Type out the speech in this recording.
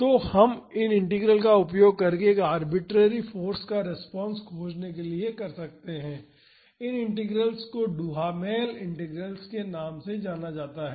तो हम इन इंटीग्रल का उपयोग एक आरबिटरेरी फाॅर्स का रिस्पांस खोजने के लिए कर सकते हैं और इन इंटीग्रल्स को डुहामेल इंटीग्रल्स के रूप में जाना जाता है